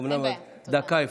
אין בעיה.